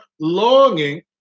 longing